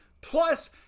plus